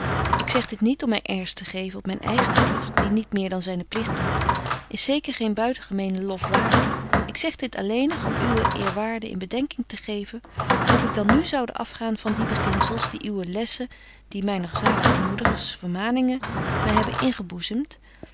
ik zeg dit niet om my airs te geven op myn eigen deugd die niet meer dan zynen pligt doet is zeker geen biutengemenen lof waardig ik zeg dit alleenig om uw eerwaarde in bedenking te betje wolff en aagje deken historie van mejuffrouw sara burgerhart geven of ik dan nu zoude afgaan van die beginzels die uwe lessen die myner zalige moeders vermaningen my hebben